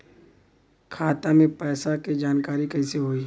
खाता मे पैसा के जानकारी कइसे होई?